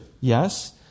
yes